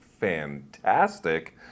fantastic